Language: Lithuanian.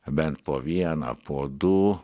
bent po vieną po du